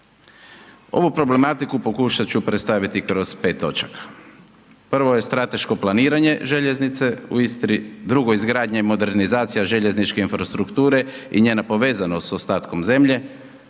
Ovu problematiku pokušat ću predstaviti kroz 5 točaka. Prvo je strateško planiranje željeznice u Istri, drugo izgradnja i modernizacija željezničke infrastrukture i njena povezanost s ostatkom zemlje,